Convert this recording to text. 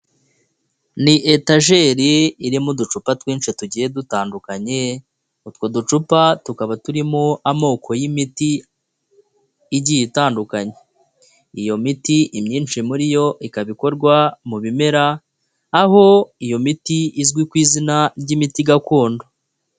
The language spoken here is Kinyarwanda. Ni etajeri irimo uducupa twinshi tugiye dutandukanye, utwo ducupa tukaba turimo amoko y'imiti igiye itandukanye. Iyo miti imyinshi muri yo ikaba ikorwa mu bimera, aho iyo miti izwi ku izina ry'imiti gakondo.